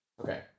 Okay